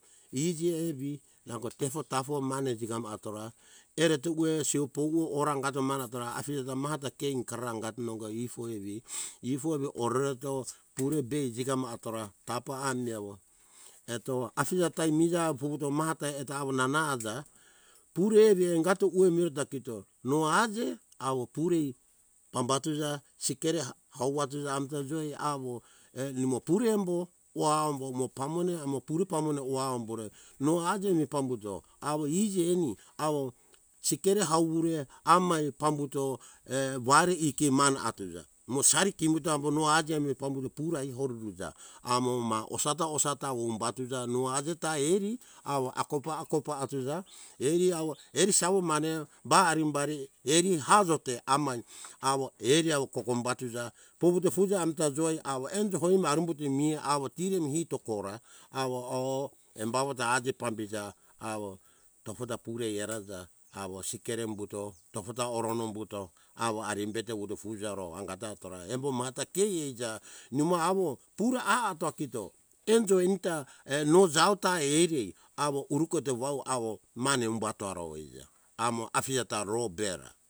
Iji evi nango tufo tafo mane jigamo atora ereto uwe sio pouwo ora angato manatora afije ta mata ke in karara angat nongo ifo evi ifo vi orereto pure be jigama atora tapa ami awo eto afije ta imija fuvuto mahata eto awuna na aja pere evi angato uwe meta kito noa aje awo puri pambatuza sikere ha hawatuza amta joi awo err numo pure embo uau umbo umo pamone amo pure pamone uau umbure mo aje me pambuto awo iji eni awo sikere au ure amai pambuto err vari iki mana atuza mo sari kimito amo aja mi pambuto puro ai horuruja amo ma osata - osata umba tuza noa ajeta eri awo akopa - akopa atuza eri awo eri sawo mane ba arimbari eri hajope aman awo eri awo kogombatuza povuto fuza amata joi awo endo hoi arumbeto mihe awo tiremi hito kora awo oh embawota atim pambiza awo tofota purei eraja awo sikere umbuto tofota oro no buto awo arimbeto wuto fujaro angata tora embo mata ke eija numo awo pura ah ata kito enjo nita err no jau ta eri awo uruketo vau awo mane umbataro eija amo afije ta row be ra